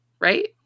Right